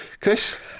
Chris